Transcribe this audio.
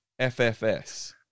FFS